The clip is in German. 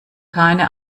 keine